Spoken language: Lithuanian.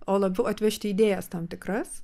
o labiau atvežti idėjas tam tikras